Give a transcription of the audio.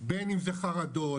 בין אם זה לרדות,